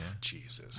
Jesus